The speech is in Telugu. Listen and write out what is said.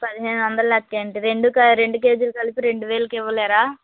పదిహేను వందలు లెక్క ఏంటి రెండు రెండు కేజీలు కలిపి రెండువేలకు ఇవ్వలేరా